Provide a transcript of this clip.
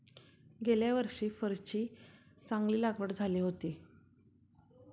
गेल्या वर्षी फरची चांगली लागवड झाली होती